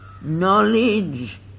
knowledge